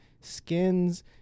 skins